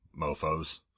Mofos